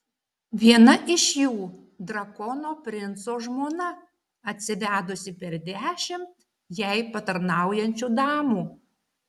viena iš jų drakono princo žmona atsivedusi per dešimt jai patarnaujančių damų